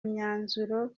myanzuro